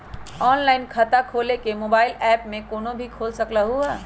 Online खाता खोले के मोबाइल ऐप फोन में भी खोल सकलहु ह?